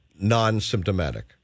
non-symptomatic